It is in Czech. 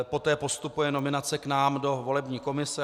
Poté postupuje nominace k nám do volební komise.